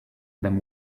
them